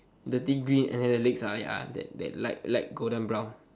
the degree and then the legs ya ya the light light golden brown